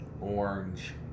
orange